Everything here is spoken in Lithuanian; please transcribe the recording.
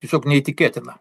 tiesiog neįtikėtina